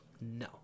No